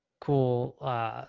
cool